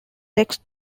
text